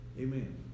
Amen